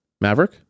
Maverick